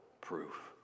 proof